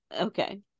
Okay